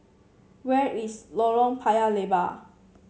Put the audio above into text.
where is Lorong Paya Lebar